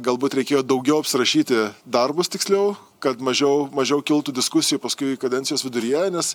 galbūt reikėjo daugiau apsirašyti darbus tiksliau kad mažiau mažiau kiltų diskusijų paskui kadencijos viduryje nes